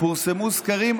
פורסמו סקרים.